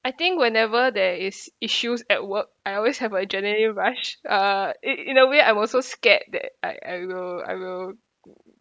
I think whenever there is issues at work I always have adrenaline rush uh in in a way I was so scared that I I will I will